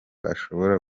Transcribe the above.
ashobora